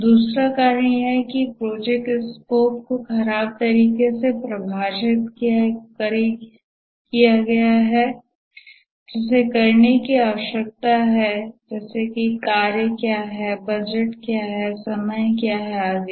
दूसरा कारण यह है कि प्रोजेक्ट स्कोप को खराब तरीके से परिभाषित किया गया है जिसे करने की आवश्यकता है कार्य क्या हैं बजट क्या है समय सीमा क्या है आदि